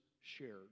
shared